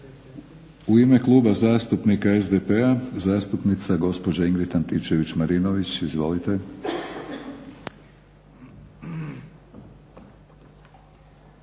U ime Kluba zastupnika SDP-a zastupnica gospođa Ingrid Antičević-Marinović. Izvolite.